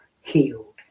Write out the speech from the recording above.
healed